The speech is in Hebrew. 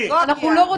אנחנו לא רוצים את זה.